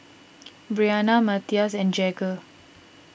Bryanna Mathias and Jagger